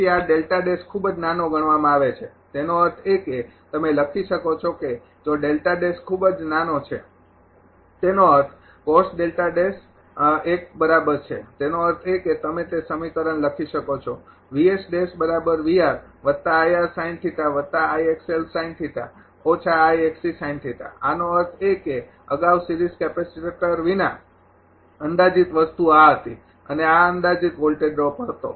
તેથી આ ખૂબ જ નાનો ગણવામાં આવે છે તેનો અર્થ એ કે તમે લખી શકો છો કે જો ખૂબ નાનો છે તેનો અર્થ તેનો અર્થ એ કે તમે તે સમીકરણ લખી શકો છો આનો અર્થ એ કે અગાઉ સિરીઝ કેપેસિટર વિના અંદાજિત વસ્તુ આ હતી આ અંદાજીત વોલ્ટેજ ડ્રોપ હતો